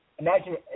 Imagine